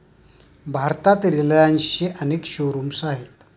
भारतात रिलायन्सचे अनेक शोरूम्स आहेत